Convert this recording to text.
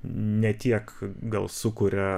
ne tiek gal sukuria